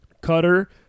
cutter